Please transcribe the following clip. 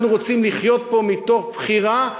אנחנו רוצים לחיות פה מתוך בחירה,